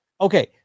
Okay